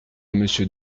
monsieur